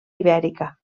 ibèrica